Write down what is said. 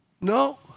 No